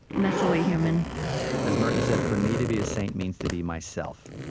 messily human as merton said, for me to be a saint means to be myself.